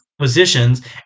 positions